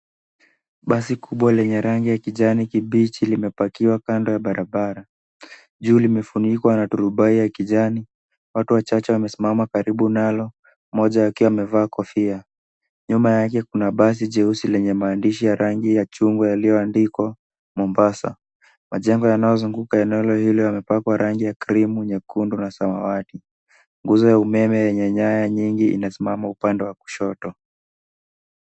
Basi kubwa lenye rangi ya kijani kibichi limepakiwa kando ya barabara. Juu limefunikwa na turubai ya kijani. Watu wachache wamesimama karibu nalo mmoja akiwa amevaa kofia. Nyuma yake kuna basi jeusi lenye maandishi ya rangi ya chungwa yaliyoandikwa Mombasa. Majengo yanayozunguka eneo hilo yamepakwa rangi ya krimu, nyekundu na samawati. Nguzo ya umeme yenye nyaya nyingi inasimama upande wa kushoto.